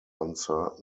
uncertain